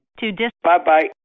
Bye-bye